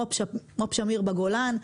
מו"פ שמיר בגולן,